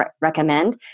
recommend